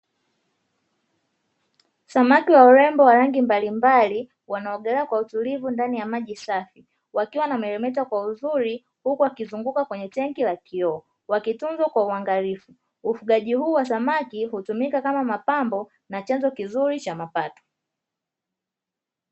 Samaki wa urembo wa rangi mbalimbali wanaogelea kwa utulivu ndani ya maji safi, wakiwa wanameremeta kwa uzuri huku wakizunguka kwenye tenki la kioo, wakitunzwa kwa uangalifu. Ufugaji huu wa samaki hutumika kama mapambo na chanzo kizuri cha mapato.